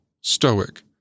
stoic